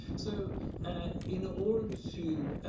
so in order to